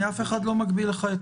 אף אחד לא מגביל לך.